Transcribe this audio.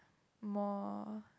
more